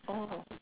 oh